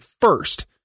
first